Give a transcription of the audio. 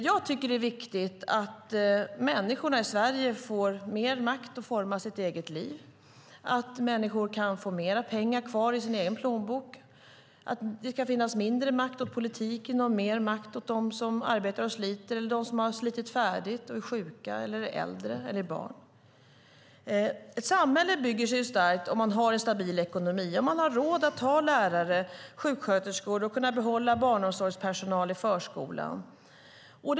Jag tycker att det är viktigt att människorna i Sverige får mer makt att forma sitt eget liv, att människor kan få mer pengar kvar i sin egen plånbok, att det ska finnas mindre makt åt politiken och mer makt åt dem som arbetar och sliter, åt dem som har slitit färdigt och är sjuka, åt äldre och åt barn. Ett samhälle bygger sig starkt om man har en stabil ekonomi, om man har råd att ha lärare och sjuksköterskor och att kunna behålla barnomsorgspersonal i förskolan.